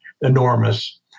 enormous